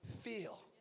feel